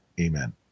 Amen